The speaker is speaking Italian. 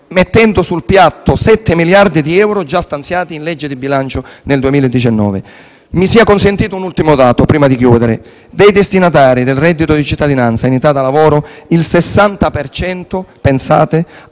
mettendo sul piatto 7 miliardi di euro, già stanziati nella legge di bilancio 2019. Mi sia consentito un ultimo dato prima di chiudere. Dei destinatari del reddito di cittadinanza in età da lavoro, il 60 per